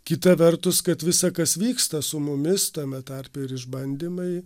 kita vertus kad visa kas vyksta su mumis tame tarpe ir išbandymai